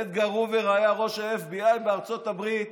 אדגר הובר היה ראש ה-FBI בארצות הברית